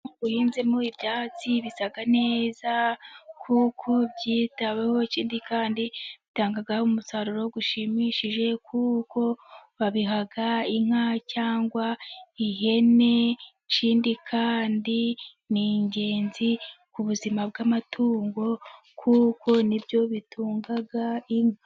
Uhinzemo ibyatsi bisa neza kuko byitaweho, ikindi kandi bitanga umusaruro ushimishije kuko babiha inka cyangwa ihene, ikindi kandi ni ingenzi ku buzima bw'amatungo, kuko ni bitunga inka.